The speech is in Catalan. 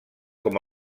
com